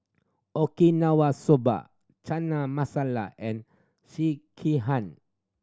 Okinawa Soba Chana Masala and Sekihan